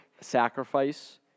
sacrifice